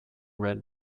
red